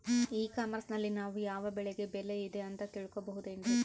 E commerce ನಲ್ಲಿ ನಾವು ಯಾವ ಬೆಳೆಗೆ ಬೆಲೆ ಇದೆ ಅಂತ ತಿಳ್ಕೋ ಬಹುದೇನ್ರಿ?